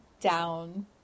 down